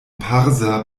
parser